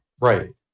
right